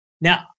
Now